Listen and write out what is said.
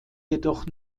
jedoch